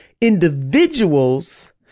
individuals